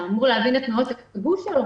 אתה אמור להבין את תנועות הגוף של הנחקר.